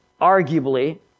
arguably